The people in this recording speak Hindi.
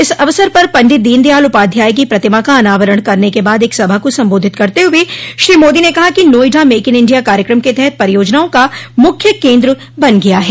इस अवसर पर पंडित दीन दयाल उपाध्याय की प्रतिमा का अनावरण करने के बाद एक सभा को सम्बोधित करते हुए श्री मोदी ने कहा कि नोएडा मेक इन इंडिया कार्यक्रम के तहत परियोजनाओं का मुख्य केन्द्र बन गया है